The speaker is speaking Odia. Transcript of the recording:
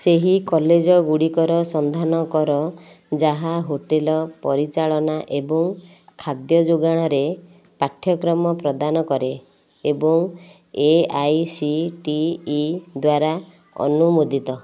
ସେହି କଲେଜଗୁଡ଼ିକର ସନ୍ଧାନ କର ଯାହା ହୋଟେଲ୍ ପରିଚାଳନା ଏବଂ ଖାଦ୍ୟ ଯୋଗାଣରେ ପାଠ୍ୟକ୍ରମ ପ୍ରଦାନ କରେ ଏବଂ ଏଆଇସିଟିଇ ଦ୍ଵାରା ଅନୁମୋଦିତ